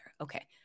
Okay